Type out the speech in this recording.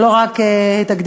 ולא רק תקדימי,